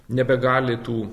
nebegali tų